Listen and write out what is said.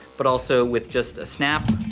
but also with just a snap,